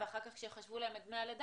אחר כך 70% כאשר ייחשבו להן את דמי הלידה,